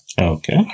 Okay